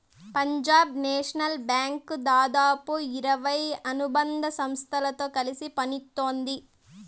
Punjab National Bank దాదాపు ఇరవై అనుబంధ సంస్థలతో కలిసి పనిత్తోంది